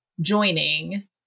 joining